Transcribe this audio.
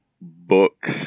books